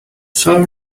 cell